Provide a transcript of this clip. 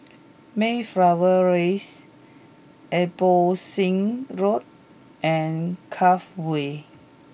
Mayflower Raise Abbotsingh Road and Cove Way